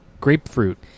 grapefruit